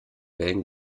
wellen